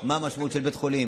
מה המשמעות של בית חולים,